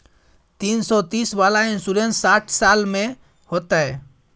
तीन सौ तीस वाला इन्सुरेंस साठ साल में होतै?